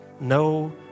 no